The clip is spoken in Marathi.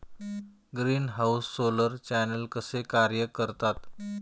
ग्रीनहाऊस सोलर चॅनेल कसे कार्य करतात?